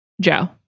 Joe